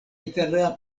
itala